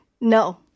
No